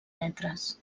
metres